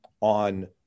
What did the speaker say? on